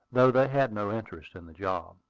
though they had no interest in the job.